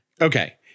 Okay